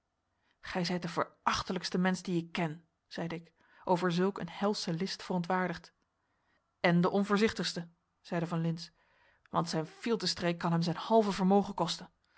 gij zijt de verachtelijkste mensch dien ik ken zeide ik over zulk een helsche list verontwaardigd en de onvoorzichtigste zeide van lintz want zijn fieltestreek kan hem zijn halve vermogen kosten